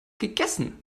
gegessen